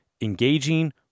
engaging